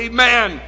Amen